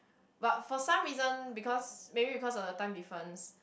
but for some reason because maybe because of the time difference